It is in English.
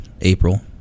April